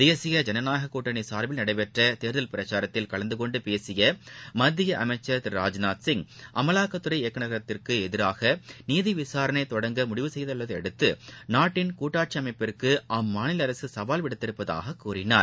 தேசிய ஜனநாயககூட்டணிசார்பில் நடைபெற்றதேர்தல் பிரச்சாரத்தில் கலந்த கொண்டு பேசிய மத்திய அமைச்சர் சிங் அமலாக்கத்துறை திரு ராஜ்மாத் இயக்குனரகத்திற்குஎதிராகநீதிவிசாரணைதொடங்க முடிவு செய்துள்ளதையடுத்துநாட்டின் கூட்டாட்சிஅமைப்புக்குஅம்மாநிலஅரசுசவால் விடுத்துள்ளதாககூறினார்